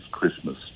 Christmas